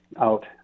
out